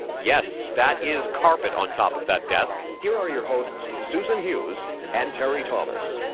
yes, that is carpet on top of that desk. here are your hosts susan hughes and terry thomas.